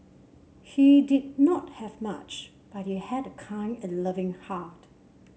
he did not have much but he had a kind and loving heart